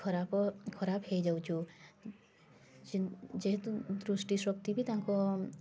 ଖରାପ ଖରାପ ହେଇ ଯାଉଛୁ ଯେହେତୁ ଦୃଷ୍ଟି ଶକ୍ତି ବି ତାଙ୍କ